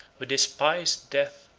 who despised death,